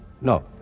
No